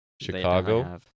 chicago